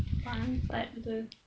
pandai betul